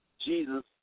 Jesus